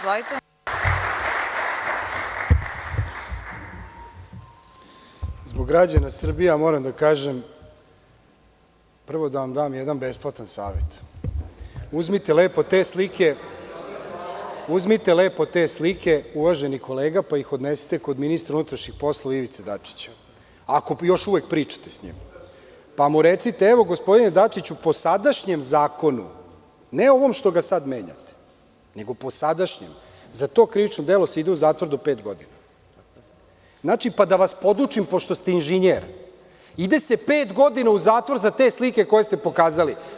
Zbog građana Srbije ja moram da kažem, prvo da vam dam jedan besplatan savet, uzmite lepo te slike, uvaženi kolega pa ih odnesite kod ministra unutrašnjih poslova Ivice Dačića, ako još uvek pričate sa njim, pa mu recite – evo, gospodine Dačiću, po sadašnjem zakonu, ne ovom što ga sada menjate, nego po sadašnjem, za to krivično delo se ide u zatvor do 5 godina, pa da vas podučim, pošto ste inženjer, ide se 5 godina u zatvor zbog tih slika koje ste pokazali.